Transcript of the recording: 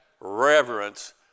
reverence